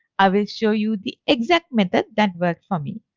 i will show you the exact method that worked for me.